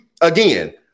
again